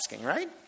right